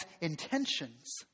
intentions